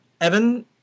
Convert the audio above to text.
Evan